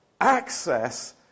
access